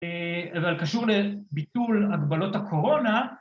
אבל קשור לביטול הגבלות הקורונה